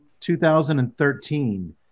2013